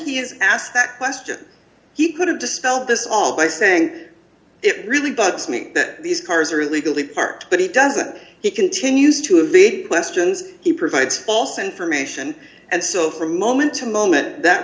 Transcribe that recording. is asked that question he could have dispelled this all by saying it really bugs me that these cars are illegally parked but he doesn't he continues to a vague questions he provides false information and so from moment to moment that